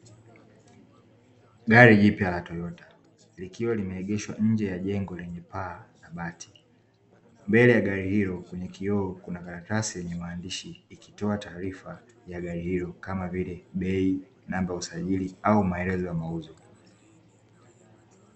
Gari jipya la "Toyota" likiwa limeegeshwa nje ya jengo lenye paa la bati. Gari hilo kwenye kioo kuna karatasi yenye maandishi, ikitoa taarifa ya gari hilo kama vile: bei, namba usajili au maelezo ya mauzo.